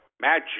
Matt